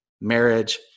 marriage